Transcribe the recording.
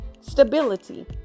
Stability